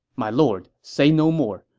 my lord, say no more.